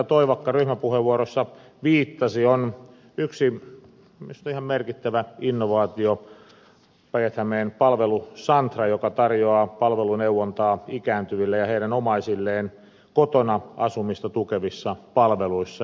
toivakka ryhmäpuheenvuorossa viittasi on yksi minusta ihan merkittävä innovaatio päijät hämeen palvelusantra joka tarjoaa palveluneuvontaa ikääntyville ja heidän omaisilleen kotona asumista tukevissa palveluissa